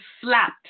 slapped